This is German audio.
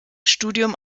studium